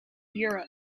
europe